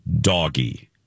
Doggy